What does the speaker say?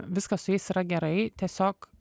viskas su jais yra gerai tiesiog